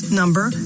number